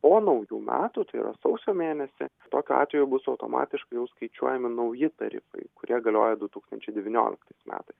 po naujų metų tai yra sausio mėnesį tokiu atveju bus automatiškai jau skaičiuojami nauji tarifai kurie galioja du tūkstančiai devynioliktais metais